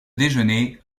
déjeuner